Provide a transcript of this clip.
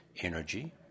energy